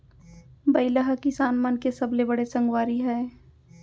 बइला ह किसान मन के सबले बड़े संगवारी हय